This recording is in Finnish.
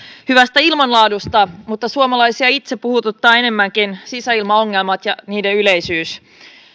hyvästä ilmanlaadusta mutta suomalaisia itseään puhututtavat enemmänkin sisäilmaongelmat ja niiden yleisyys